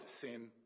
sin